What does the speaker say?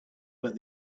but